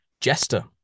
jester